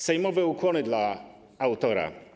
Sejmowe ukłony dla autora.